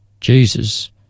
Jesus